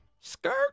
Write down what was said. Skirt